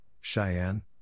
Cheyenne